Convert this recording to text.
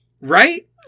Right